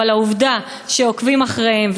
אבל העובדה שעוקבים אחריהם,